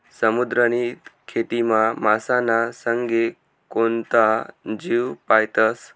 समुद्रनी खेतीमा मासाना संगे कोणता जीव पायतस?